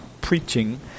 preaching